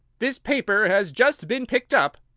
this paper has just been picked up.